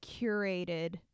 curated